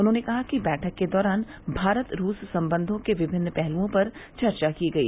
उन्होंने कहा कि बैठक के दौरान भारत रूस संबंधों के विभिन्न पहलूओं पर चर्चा की गई